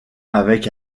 avec